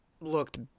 looked